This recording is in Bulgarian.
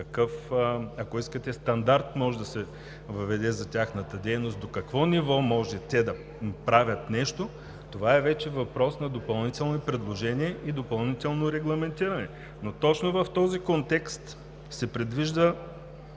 ако искате стандарт, може да се въведе за тяхната дейност до какво ниво може те да правят нещо, това вече е въпрос на допълнителни предложения и допълнително регламентиране. Но точно в този контекст се предвижда